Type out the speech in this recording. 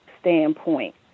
standpoint